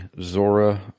Zora